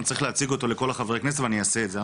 אני צריך להציג אותו לכל חברי הכנסת ואני אעשה את זה.